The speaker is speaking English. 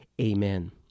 amen